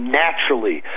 naturally